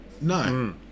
No